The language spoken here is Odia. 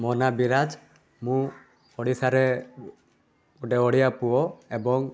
ମୋ ନା ବିରାଜ ମୁଁ ଓଡ଼ିଶାରେ ଗୋଟେ ଓଡ଼ିଆ ପୁଅ ଏବଂ